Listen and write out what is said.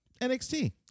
NXT